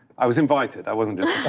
i was invited, i wasn't just